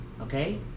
okay